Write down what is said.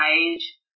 age